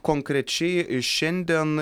konkrečiai šiandien